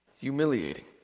Humiliating